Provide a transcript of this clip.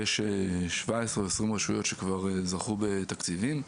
יש 17-20 רשויות שכבר זכו בתקציבים,